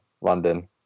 London